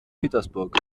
petersburg